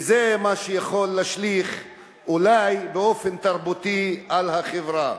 וזה מה שיכול להשליך אולי באופן תרבותי על החברה.